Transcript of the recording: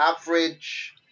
average